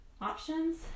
options